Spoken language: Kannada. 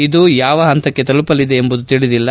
ಇದು ಯಾವ ಹಂತಕ್ಕೆ ತಲುಪಲಿದೆ ಎಂಬುದು ತಿಳಿದಿಲ್ಲ